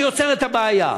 שיוצר את הבעיה?